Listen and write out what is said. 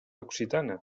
occitana